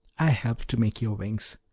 i helped to make your wings.